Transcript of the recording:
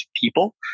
people